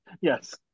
Yes